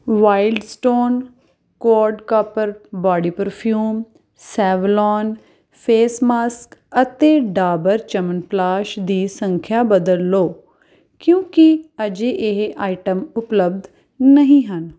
Wild Stone code copper body perfume Savlon face mask ਅਤੇ ਡਾਬਰ ਚਵਨਪਰਾਸ਼ ਦੀ ਸੰਖਿਆ ਬਦਲ ਲਓ ਕਿਉਂਕਿ ਅਜੇ ਇਹ ਆਈਟਮ ਉਪਲੱਬਧ ਨਹੀਂ ਹਨ